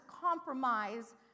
compromise